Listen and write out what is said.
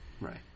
Right